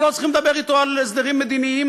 אנחנו לא צריכים לדבר אתו על הסדרים מדיניים